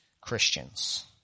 Christians